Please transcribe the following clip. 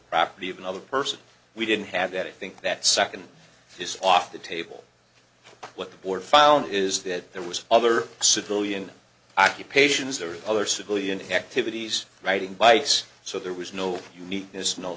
property of another person we didn't have that i think that second is off the table what the board found is that there was other civilian occupations there were other civilian activities writing bytes so there was no uniqueness no